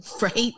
Right